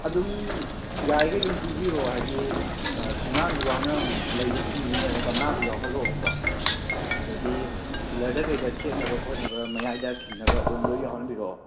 ꯑꯗꯨꯝ ꯌꯥꯔꯤꯈꯩ ꯑꯗꯨꯝ ꯄꯤꯕꯤꯌꯣ ꯍꯥꯏꯗꯤ ꯑꯥ ꯊꯣꯡꯒꯥꯟꯁꯨ ꯌꯥꯎꯅ ꯂꯩꯗꯣ ꯈꯤꯟꯗꯣꯏꯅꯦꯕ ꯒꯝꯂꯥꯁꯨ ꯌꯥꯎꯍꯜꯂꯣꯕꯀꯣ ꯑꯗꯩꯗꯤ ꯄꯤꯂꯔꯗ ꯀꯩꯗ ꯊꯦꯠꯅꯕ ꯈꯣꯠꯅꯕ ꯃꯌꯥꯏꯗ ꯈꯤꯟꯅꯕ ꯑꯗꯨꯝ ꯂꯣꯏ ꯌꯥꯎꯍꯟꯕꯤꯔꯛꯑꯣ